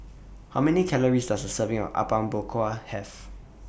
How Many Calories Does A Serving of Apom Berkuah Have